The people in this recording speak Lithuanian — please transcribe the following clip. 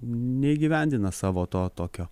neįgyvendina savo to tokio